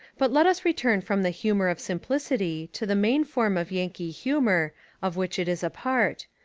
but let us return from the humour of sim plicity to the main form of yankee humour of which it is a part,